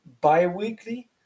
bi-weekly